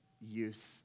use